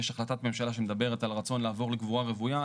יש החלטת ממשלה שמדברת על הרצון לעבור לקבורה רוויה.